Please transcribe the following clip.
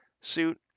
suit